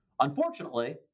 Unfortunately